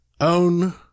own